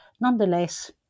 Nonetheless